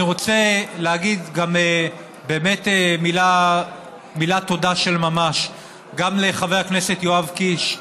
אני רוצה להגיד גם מילת תודה של ממש לחבר הכנסת יואב קיש,